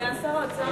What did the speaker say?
סגן השר, סגן השר.